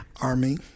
Army